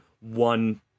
one